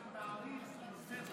אנחנו מעריכים את זה שאתה מאריך,